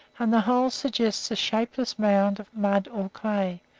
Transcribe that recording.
and the whole suggests a shapeless mound of mud or clay,